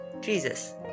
Jesus